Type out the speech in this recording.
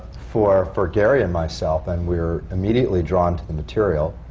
for for gary and myself. and we were immediately drawn to the material.